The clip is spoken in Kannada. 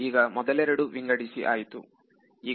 ಈಗ ಮೊದಲೆರಡು ವಿಂಗಡಿಸಿ ಆಯ್ತು ಸರಿ